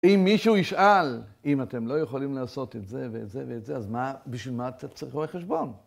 אם מישהו ישאל אם אתם לא יכולים לעשות את זה ואת זה ואת זה, אז מה, בשביל מה אתה צריך רואה חשבון?